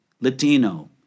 Latino